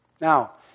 Now